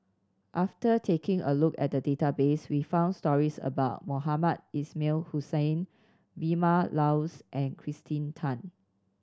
after taking a look at the database we found stories about Mohamed Ismail Hussain Vilma Laus and Kirsten Tan